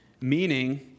Meaning